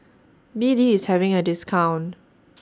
B D IS having A discount